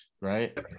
right